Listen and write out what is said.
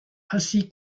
ainsi